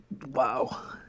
Wow